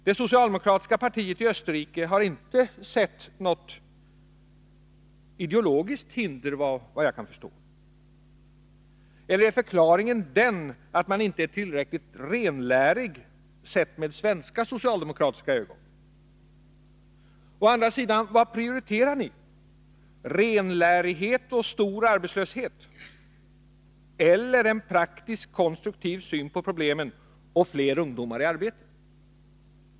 Det socialdemokratiska partiet i Österrike har inte sett något ideologiskt hinder, såvitt jag förstår. Eller är förklaringen den att man inte är tillräckligt renlärig, sett med svenska socialdemokratiska ögon? Å andra sidan: Vad prioriterar ni — renlärighet och stor ungdomsarbetslöshet eller en praktisk, konstruktiv syn på problemen och fler ungdomar i arbete?